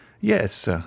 Yes